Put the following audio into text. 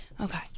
Okay